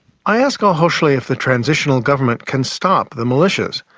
i ask alkoshli if the transitional government can stop the militias.